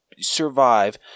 Survive